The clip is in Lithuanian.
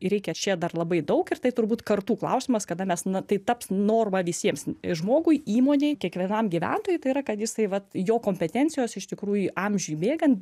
ir reikia čia dar labai daug ir tai turbūt kartų klausimas kada mes na tai taps norma visiems žmogui įmonei kiekvienam gyventojui tai yra kad jisai vat jo kompetencijos iš tikrųjų amžiui bėgant